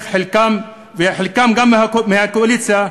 וחלקם גם מהקואליציה,